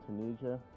Tunisia